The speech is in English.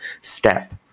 step